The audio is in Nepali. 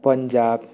पन्जाब